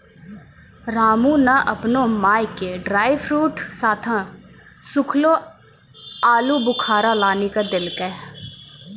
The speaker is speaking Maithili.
रामू नॅ आपनो माय के ड्रायफ्रूट साथं सूखलो आलूबुखारा लानी क देलकै